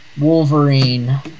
Wolverine